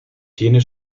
tiene